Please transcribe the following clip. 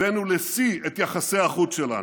הבאנו לשיא את יחסי החוץ שלנו,